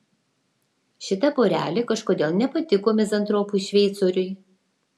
šita porelė kažkodėl nepatiko mizantropui šveicoriui